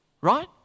right